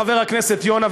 חבר הכנסת יונה,